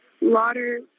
Lauder